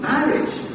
Marriage